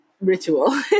ritual